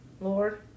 Lord